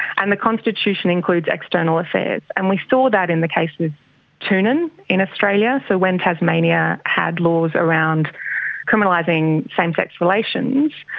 and the constitution includes external affairs. and we saw that in the case of toonen in australia. so when tasmania had laws around criminalising same-sex relations,